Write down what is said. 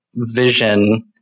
Vision